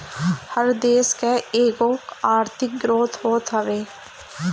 हर देस कअ एगो आर्थिक ग्रोथ होत हवे